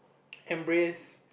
embrace